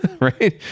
right